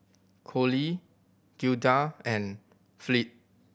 Cole Gilda and Fleet